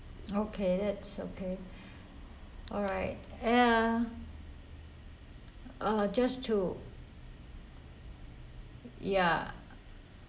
okay that's okay alright uh uh just two ya